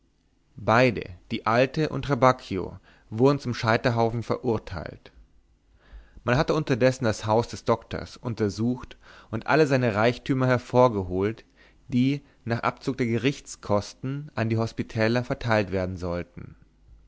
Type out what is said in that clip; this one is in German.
beide die alte und trabacchio wurden zum scheiterhaufen verurteilt man hatte unterdessen das haus des doktors untersucht und alle seine reichtümer hervorgeholt die nach abzug der gerichtskosten an die hospitäler verteilt werden sollten